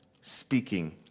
speaking